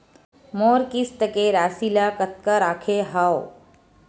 मोर किस्त के राशि ल कतका रखे हाव?